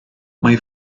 mae